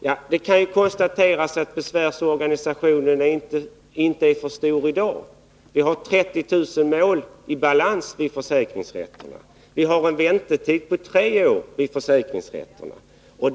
Ja, det kan konstateras att den inte är för stor i dag. Vi har 30 000 mål i balans vid försäkringsrätterna, och väntetiden ligger på tre år.